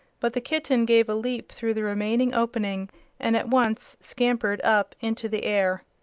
but the kitten gave a leap through the remaining opening and at once scampered up into the air.